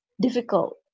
difficult